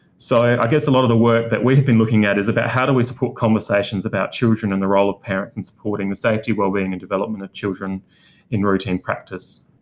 so i guess a lot of the work that we've been looking at is about, how do we support conversations about children and the role of parents and supporting the safety, wellbeing and development of children in routine practice?